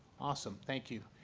awesome. thank you.